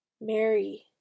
Mary